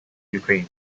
ukraine